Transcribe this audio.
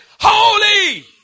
Holy